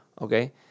Okay